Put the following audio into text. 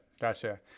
Gotcha